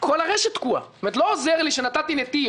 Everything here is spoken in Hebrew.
זה הפתרון הכי נכון כרגע למבשרת.